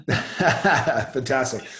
Fantastic